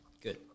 Good